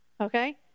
Okay